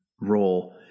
role